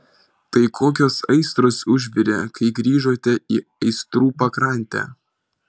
tai kokios aistros užvirė kai grįžote į aistrų pakrantę